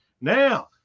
Now